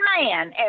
man